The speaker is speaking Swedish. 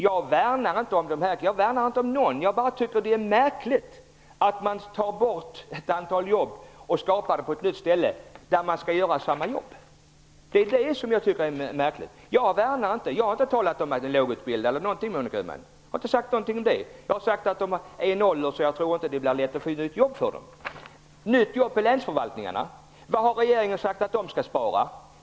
Jag värnar inte om någon särskild, utan jag bara tycker att det är märkligt att man tar bort ett antal jobb och skapar dem på en annan ort där samma jobb skall utföras. Det tycker jag är märkligt. Jag har inte värnat eller talat om lågutbildade personer, Monica Öhman. Jag har inte sagt någonting i den stilen. Jag har sagt att de är i en sådan ålder att jag inte tror att det blir så lätt för dem att få ett nytt jobb. Kan de få ett nytt jobb på länsförvaltningarna?